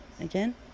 Again